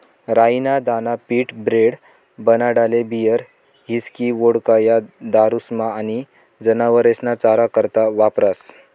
राई ना दाना पीठ, ब्रेड, बनाडाले बीयर, हिस्की, वोडका, या दारुस्मा आनी जनावरेस्ना चारा करता वापरास